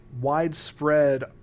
widespread